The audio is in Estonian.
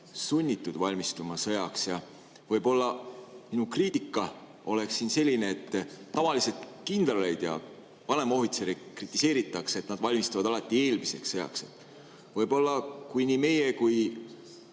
sunnitud valmistuma sõjaks ja võib-olla minu kriitika oleks siin selline, et tavaliselt kindraleid ja vanemohvitsere kritiseeritakse, et nad valmistuvad alati eelmiseks sõjaks. Võib-olla kui nii meie kui